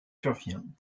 survient